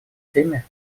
теми